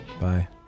Bye